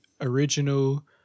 original